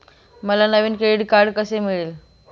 मला नवीन credit card कसे मिळेल?